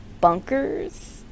bunkers